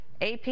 AP